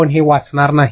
आपण हे वाचणार नाही